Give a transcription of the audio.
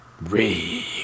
Ray